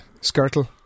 Skirtle